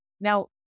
Now